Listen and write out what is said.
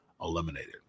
eliminated